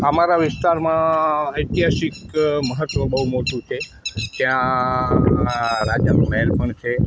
અમારા વિસ્તારમાં ઐતિહાસિક મહત્ત્વ બહું મોટું છે ત્યાં રાજાનો મહેલ પણ છે